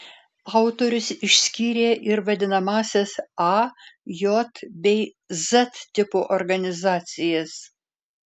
autorius išskyrė ir vadinamąsias a j bei z tipo organizacijas